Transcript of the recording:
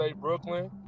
Brooklyn